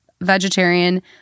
vegetarian